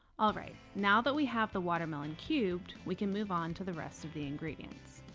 alright, now that we have the watermelon cubed, we can move on to the rest of the ingredients.